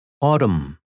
Autumn